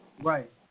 Right